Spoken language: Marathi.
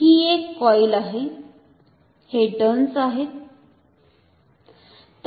तर ही एक कॉईल आहे हे टर्न्स आहेत